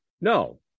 No